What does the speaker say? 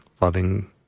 loving